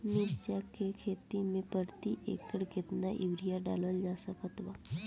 मिरचाई के खेती मे प्रति एकड़ केतना यूरिया डालल जा सकत बा?